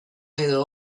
edo